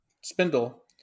spindle